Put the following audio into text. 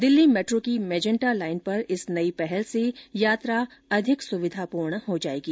Delhi metro की magenta line पर इस नई पहल से यात्रा अधिक सुविधापूर्ण हो जायेगी